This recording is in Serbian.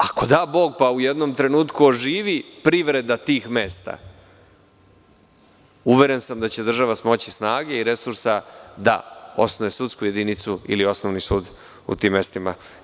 Ako da Bog pa u jednom trenutku oživi privreda tih mesta, uveren sam da će država smoći snage i resursa da osnuje sudsku jedinicu ili osnovni sud u tim mestima.